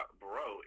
bro